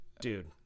Dude